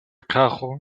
carro